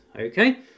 okay